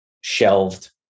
shelved